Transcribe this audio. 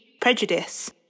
Prejudice